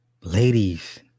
ladies